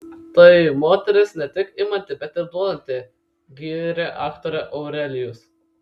tai moteris ne tik imanti bet ir duodanti gyrė aktorę aurelijus